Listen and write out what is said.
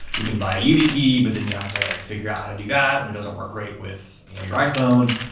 you can buy yubikey, but then you have to like figure out how to do that and it doesn't work great with you know your iphone,